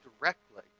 directly